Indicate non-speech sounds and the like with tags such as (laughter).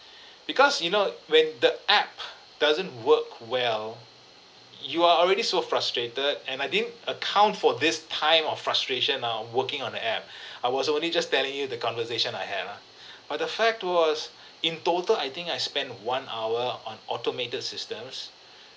(breath) because you know when the app doesn't work well you are already so frustrated and I didn't account for this time of frustration out of working on the app (breath) I was only just telling you the conversation I have ah (breath) but the fact was (breath) in total I think I spent one hour on automated systems (breath)